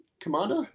commander